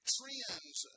Trends